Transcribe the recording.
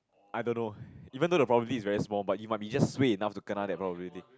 I don't know even though the property is very small but it might be just suay enough to kena that probability